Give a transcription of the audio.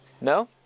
No